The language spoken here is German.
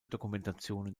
dokumentationen